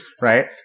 Right